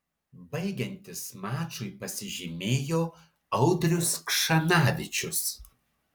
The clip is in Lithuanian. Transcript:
baigiantis mačui pasižymėjo audrius kšanavičius